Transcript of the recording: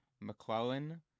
McClellan